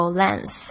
lens